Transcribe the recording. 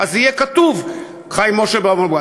יהיה כתוב: "חיים משה בעירבון מוגבל".